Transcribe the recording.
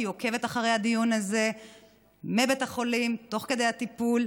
כי היא עוקבת אחרי הדיון הזה מבית החולים תוך כדי הטיפול,